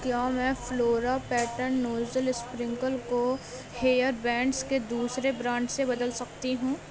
کیا میں flora pattern nozzle sprinkle کو ہیئر بینڈس کے دوسرے برانڈ سے بدل سکتی ہوں